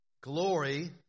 Glory